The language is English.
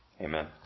amen